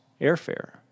airfare